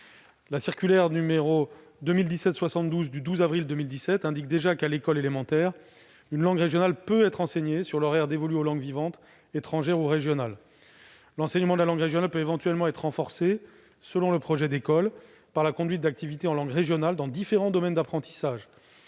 La circulaire n° 2017-72 du 12 avril 2017 indique déjà qu'une langue régionale peut être enseignée à l'école élémentaire sur l'horaire dévolu aux langues vivantes, étrangères ou régionales. L'enseignement de la langue régionale peut éventuellement être renforcé, selon le projet d'école, par la conduite d'activités en langue régionale dans différents domaines d'apprentissage.